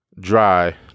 dry